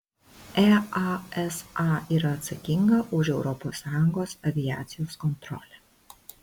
easa yra atsakinga už europos sąjungos aviacijos kontrolę